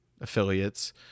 affiliates